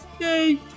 yay